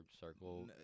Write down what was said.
circle